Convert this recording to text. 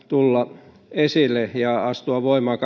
tulla esille ja kaksituhattakaksikymmentä astua voimaan